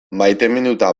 maiteminduta